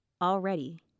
already